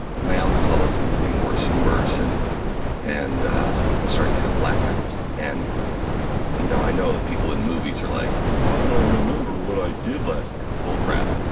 my alcoholism was getting worse and worse and and i was starting have blackouts. and you know i know that people in movies are like i don't remember what i did last night! bull crap.